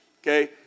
Okay